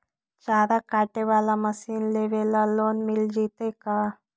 चारा काटे बाला मशीन लेबे ल लोन मिल जितै का?